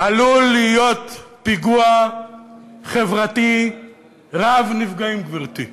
עלול להיות פיגוע חברתי רב-נפגעים, גברתי.